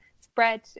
spread